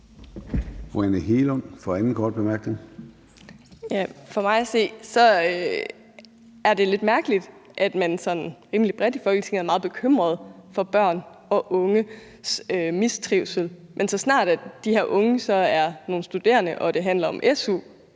rimelig bredt i Folketinget er meget bekymrede for børns og unges mistrivsel, men så snart de her unge så er nogle studerende og det handler om su,